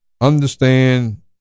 understand